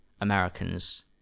Americans